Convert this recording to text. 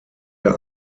der